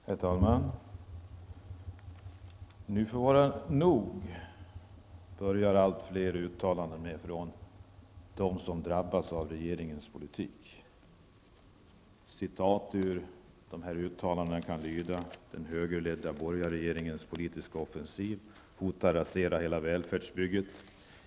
Herr talman! Nu får det vara nog -- så börjar alltfler uttalanden från de som drabbas av regeringens politik. Citat ur dessa uttalanden kan lyda: ''Den högerledda borgarregeringens politiska offensiv hotar rasera hela välfärdsbygget.